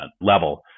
level